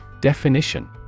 Definition